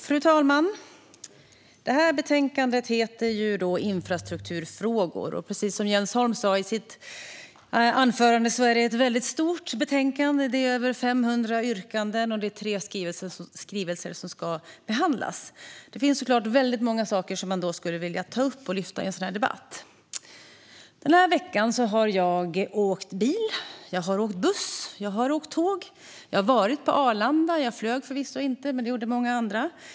Fru talman! Detta betänkande heter alltså Infrastrukturfrågor , och precis som Jens Holm sa i sitt anförande är det ett väldigt stort betänkande. Det innehåller över 500 yrkanden, och det är tre skrivelser som ska behandlas. Därför finns det självklart många saker man skulle vilja ta upp och lyfta fram i en sådan här debatt. Den här veckan har jag åkt bil. Jag har åkt buss, och jag har åkt tåg. Jag har varit på Arlanda; jag flög förvisso inte, men det gjorde många andra.